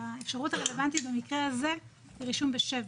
האפשרות הרלוונטית במקרה הזה היא רישום בשבט.